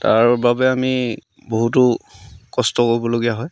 তাৰ বাবে আমি বহুতো কষ্ট কৰিবলগীয়া হয়